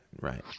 Right